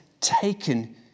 taken